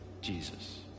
Jesus